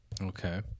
Okay